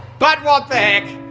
but what the heck,